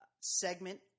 segment